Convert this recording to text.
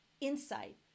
insight